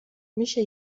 میشه